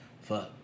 fuck